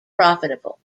profitable